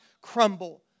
crumble